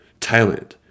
Thailand